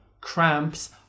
cramps